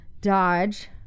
Dodge